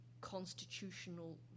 constitutional